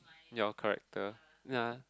your character ya